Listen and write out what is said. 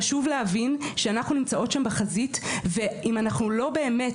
חשוב להבין שאנחנו נמצאות שם בחזית ואם אנחנו לא באמת